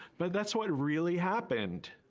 but that's what really happened